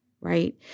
right